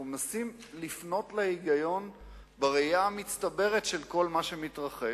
אנחנו מנסים לפנות להיגיון בראייה המצטברת של כל מה שמתרחש,